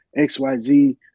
XYZ